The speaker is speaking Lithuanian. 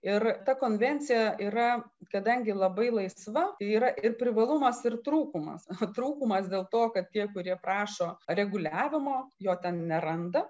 ir ta konvencija yra kadangi labai laisva yra ir privalumas ir trūkumas trūkumas dėl to kad tie kurie prašo reguliavimo jo ten neranda